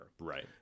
Right